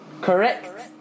correct